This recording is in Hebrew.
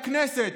לכנסת,